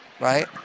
right